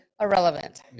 Irrelevant